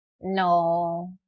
No